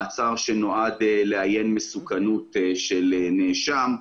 מעצר שנועד לאיין מסוכנות של נאשם.